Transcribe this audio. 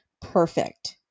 perfect